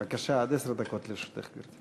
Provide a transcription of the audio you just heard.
בבקשה, עד עשר דקות לרשותך.